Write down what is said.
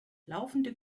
laufende